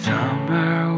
Summer